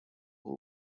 who